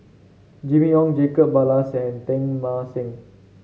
Jimmy Ong Jacob Ballas and Teng Mah Seng